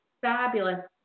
fabulous